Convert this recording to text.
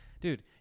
Dude